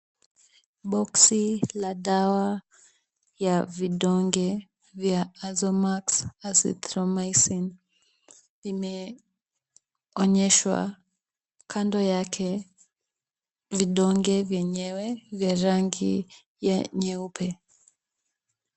Boksi la dawa ya vidonge ya Azomax Azithromycin limeonyeshwa. Kando yake, vidonge vyenyewe vya rangi ya nyeupe.